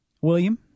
William